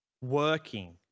working